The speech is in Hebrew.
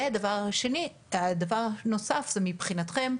הדבר השני והנוסף, הוא מבחינתכם,